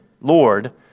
Lord